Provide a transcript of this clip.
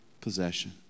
possession